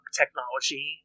technology